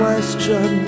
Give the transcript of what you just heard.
Question